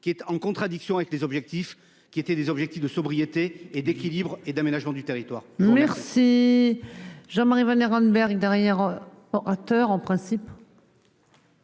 qui est en contradiction avec les objectifs qui étaient des objectifs de sobriété et d'équilibre et d'aménagement du territoire. Merci. Jean-Marie Vanlerenberghe derrière. Auteur en principe.